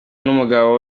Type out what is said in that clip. n’umugabo